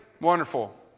wonderful